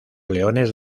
leones